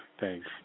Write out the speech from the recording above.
Thanks